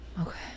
okay